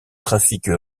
trafics